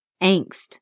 angst